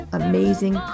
amazing